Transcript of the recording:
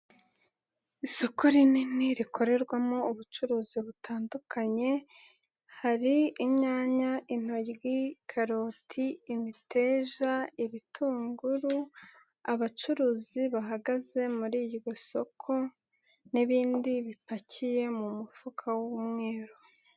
Isoko rinini rikorerwamo ubucuruzi butandukanye, hari inyanya intoryi, karoti, imiteja, ibitunguru, abacuruzi bahagaze muri iryo soko n'ibindi bipakiye mu mufuka w'umweru.